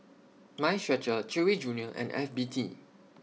Mind Stretcher Chewy Junior and F B T